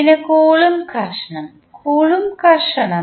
പിന്നെ കൂലോംബ് ഘർഷണം കൂലോംബ് ഘർഷണം